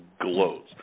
glows